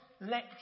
let